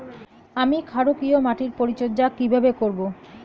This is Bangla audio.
আমি ক্ষারকীয় মাটির পরিচর্যা কিভাবে করব?